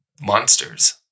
monsters